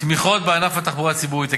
תמיכות בענף התחבורה הציבורית,